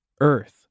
EARTH